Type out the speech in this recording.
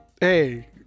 Hey